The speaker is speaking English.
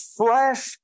flesh